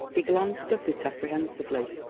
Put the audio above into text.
he glanced up it apprehensively,